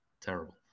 terrible